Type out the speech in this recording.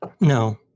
No